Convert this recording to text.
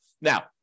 now